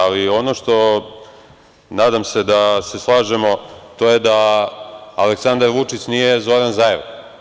Ali, ono što, nadam se da se slažemo, to je da Aleksandar Vučić nije Zoran Zaev.